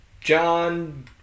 John